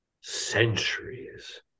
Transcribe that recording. centuries